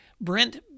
Brent